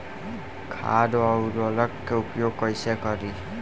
खाद व उर्वरक के उपयोग कईसे करी?